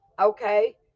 okay